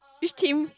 which team